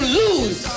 lose